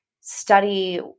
study